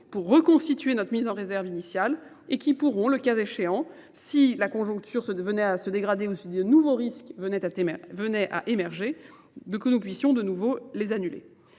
pour reconstituer notre mise en réserve initiale et qui pourront, le cas échéant, si la conjoncture venait à se dégrader ou si de nouveaux risques venaient à émerger, de que nous puissions de nouveau les annuler.